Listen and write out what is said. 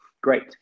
Great